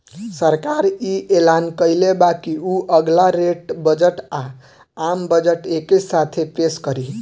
सरकार इ ऐलान कइले बा की उ अगला रेल बजट आ, आम बजट एके साथे पेस करी